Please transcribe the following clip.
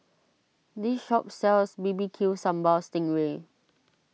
this shop sells B B Q Sambal Sting Ray